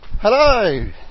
Hello